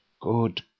Good